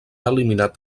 eliminat